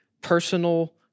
personal